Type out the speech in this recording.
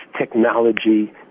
technology